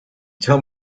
tell